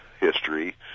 history